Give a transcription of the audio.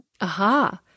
Aha